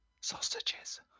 Sausages